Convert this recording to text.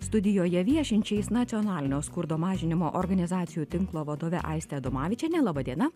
studijoje viešinčiais nacionalinio skurdo mažinimo organizacijų tinklo vadove aiste adomavičiene laba diena